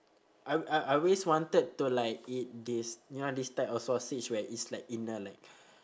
I I I always wanted to like eat this you know this type of sausage where it's like in a like